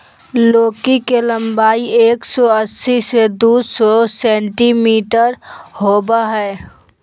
लौकी के लम्बाई एक सो अस्सी से दू सो सेंटीमिटर होबा हइ